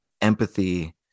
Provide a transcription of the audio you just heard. empathy